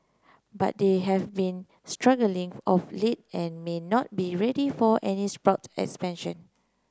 but they have been struggling of late and may not be ready for any spurt expansion